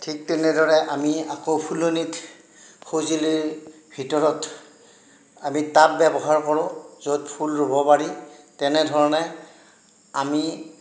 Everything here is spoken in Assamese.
ঠিক তেনেদৰে আমি আকৌ ফুলনিত সঁজুলিৰ ভিতৰত আমি টাব ব্যৱহাৰ কৰোঁ য'ত ফুল ৰুব পাৰি তেনেধৰণে আমি